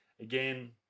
Again